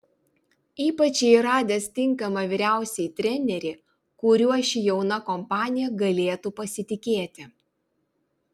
ypač jai radęs tinkamą vyriausiąjį trenerį kuriuo ši jauna kompanija galėtų pasitikėti